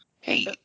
Hey